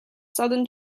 southern